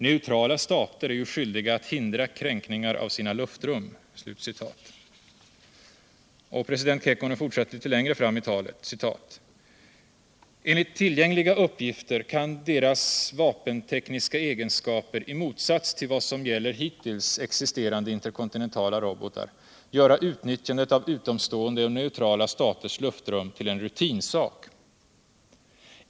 Neutrala stater är ju skyldiga att hindra kränkningar av sina luftrum.” Och president Kekkonen fortsatte litet längre fram i talet: ”Enligt vllgängliga uppgifter kan deras vapentekniska egenskaper — i motsats till vad som gäller hittills existerande interkontinentala robotar —- göra utnyttjandet av utomstående och neutrala staters luftrum till en rutinsak.